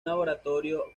laboratorio